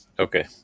Okay